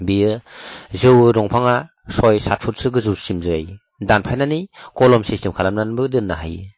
बियो जौयो दंफाङा सय सात फुटसो गोजौसिम जायो दानफायनानै कलम सिस्टेम खालामनानैबो दोननो हायो